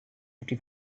fifty